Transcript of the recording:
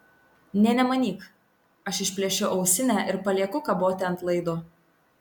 nė nemanyk aš išplėšiu ausinę ir palieku kaboti ant laido